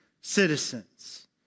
citizens